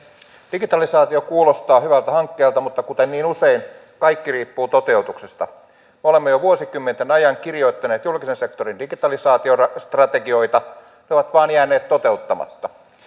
digitalisaatio kuulostaa hyvältä hankkeelta mutta kuten niin usein kaikki riippuu toteutuksesta olemme jo vuosikymmenten ajan kirjoittaneet julkisen sektorin digitalisaatiostrategioita ne ovat vain jääneet toteuttamatta